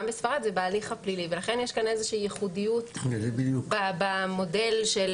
בספרד זה בהליך הפלילי ולכן יש כאן איזושהי ייחודיות במודל של